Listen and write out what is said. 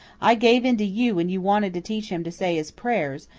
i gave in to you when you wanted to teach him to say his prayers,